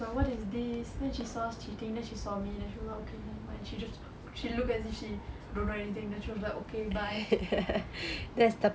then she was like what is this then she saw us cheating then she saw me then she like okay nevermind she just she looked as if she don't know anything that she was like okay bye